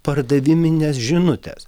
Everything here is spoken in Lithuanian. pardaviminės žinutės